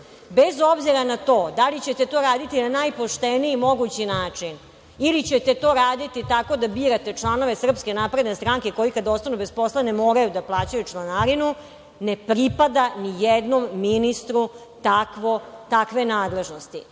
Bez obzira na to da li ćete to raditi na najpošteniji mogući način ili ćete to raditi tako da birate članove SNS, koji kada ostanu bez posla ne moraju da plaćaju članarinu, ne pripada ni jednom ministru takve nadležnosti. Rekla